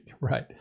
Right